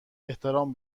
احترام